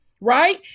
right